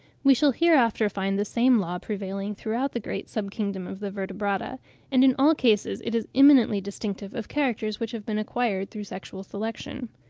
we shall hereafter find the same law prevailing throughout the great sub-kingdom of the vertebrata and in all cases it is eminently distinctive of characters which have been acquired through sexual selection.